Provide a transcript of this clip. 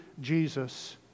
Jesus